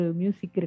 music